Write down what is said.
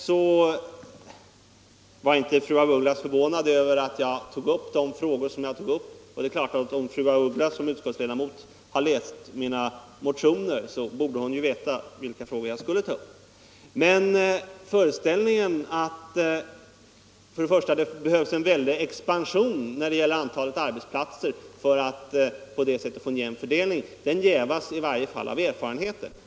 Fru af Ugglas var inte förvånad över de frågor som jag tog upp. Det är klart att om fru af Ugglas som utskottsledamot har läst mina motioner, bör hon ha vetat vilka frågor jag skulle komma att ta upp. Föreställningen om att det behövs en väldig expansion av antalet arbetsplatser för att på det sättet få en jämnare fördelning jävas i varje fall av erfarenheten.